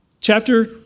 Chapter